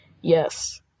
Yes